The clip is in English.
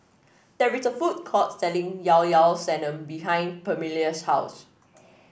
there is a food court selling Llao Llao Sanum behind Permelia's house